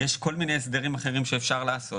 יש כל מיני הסדרים אחרים שאפשר לעשות.